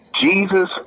Jesus